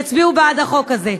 יצביעו בעד החוק הזה.